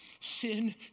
Sin